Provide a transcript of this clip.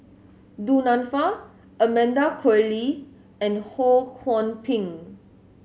Du Nanfa Amanda Koe Lee and Ho Kwon Ping